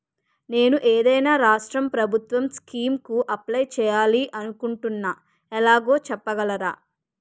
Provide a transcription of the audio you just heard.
నేను ఏదైనా రాష్ట్రం ప్రభుత్వం స్కీం కు అప్లై చేయాలి అనుకుంటున్నా ఎలాగో చెప్పగలరా?